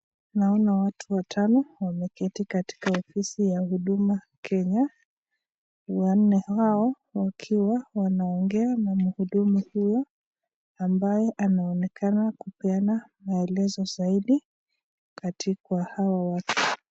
Naona watu watano wameketi katika ofisi ya huduma kenya wanne hao wakiwa wanaongea na mhudumu huyo ambaye anaonekana kupeana maelezo zaidi kati hawa watu.